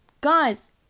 Guys